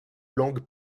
langue